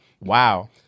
Wow